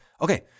Okay